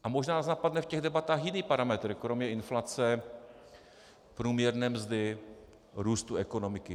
A možná nás napadne v těch debatách jiný parametr kromě inflace, průměrné mzdy, růstu ekonomiky.